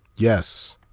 yes.